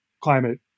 climate